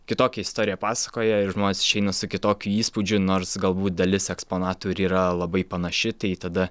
kitokią istoriją pasakoja ir žmonės išeina su kitokiu įspūdžiu nors galbūt dalis eksponatų ir yra labai panaši tai tada